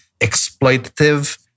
exploitative